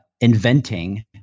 inventing